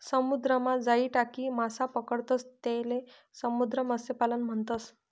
समुद्रमा जाई टाकी मासा पकडतंस त्याले समुद्र मत्स्यपालन म्हणतस